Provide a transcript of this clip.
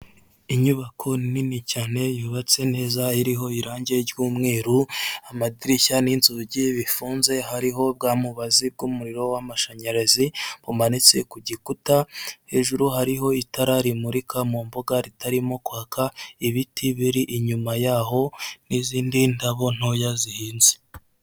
Inyubako nini cyane yubatse neza, iriho irangi ry'umweru, amadirishya n'inzugi bifunze, hariho bwa mubazi bw'umuriro w'amashanyarazi bumanitse ku gikuta, hejuru hariho itara rimurika mu mbuga ritarimo kwaka, ibiti biri inyuma yaho n'izindi ndabo ntoya zihinze.